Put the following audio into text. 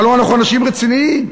הלוא אנחנו אנשים רציניים.